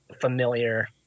familiar